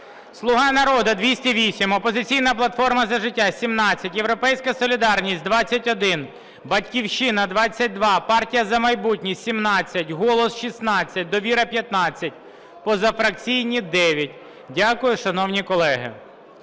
"Слуга народу" – 208, "Опозиційна платформа – За життя" – 17, "Європейська солідарність" – 21, "Батьківщина" – 22, "Партія "За майбутнє" – 17, "Голос" – 16, "Довіра" – 15, позафракційні – 9. Дякую, шановні колеги.